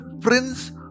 prince